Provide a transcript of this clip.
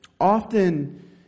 Often